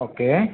okay